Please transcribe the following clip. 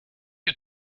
you